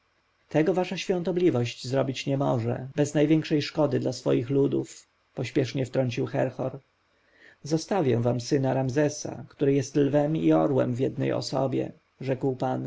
tego wasza świątobliwość zrobić nie może bez największej szkody dla swoich ludów pośpiesznie wtrącił herhor zostawię wam syna ramzesa który jest lwem i orłem w jednej osobie rzekł pan